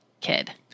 kid